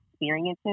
experiences